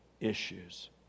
issues